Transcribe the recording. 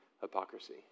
hypocrisy